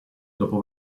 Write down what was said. dopo